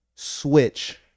switch